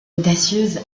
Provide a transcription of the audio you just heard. audacieuse